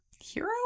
hero